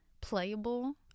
playable